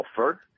offer